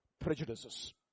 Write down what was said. prejudices